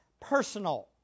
personal